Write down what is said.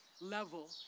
level